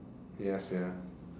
ya sia